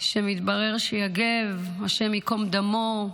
כשמתברר שיגב, השם ייקום דמו,